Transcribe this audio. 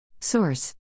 Source